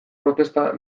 protesta